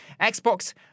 Xbox